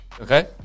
okay